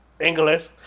English